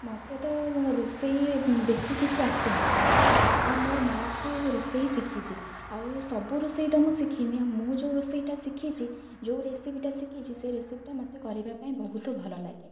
ମୋତେ ତ ରୋଷେଇ ବେଶି କିଛି ଆସେନି କିନ୍ତୁ ମୁଁ ମୋ ମାଆଠୁ ରୋଷେଇ ଶିଖିଛି ଆଉ ସବୁ ରୋଷେଇ ତ ମୁଁ ଶିଖିନି ମୁଁ ଯେଉଁ ରୋଷେଇଟା ଶିଖିଛି ଯେଉଁ ରେସିପିଟା ଶିଖିଛି ସେ ରେସିପିଟା ମୋତେ କରିବା ପାଇଁ ବହୁତ ଭଲ ଲାଗେ